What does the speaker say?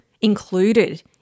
included